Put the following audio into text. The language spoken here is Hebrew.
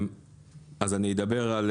אז אני אדבר על